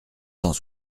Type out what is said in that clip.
cent